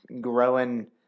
growing